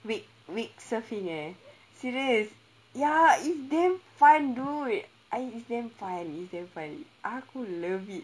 wake wake surfing eh serious ya it's damn fun do it I it's damn fun it's damn fun aku love it